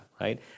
right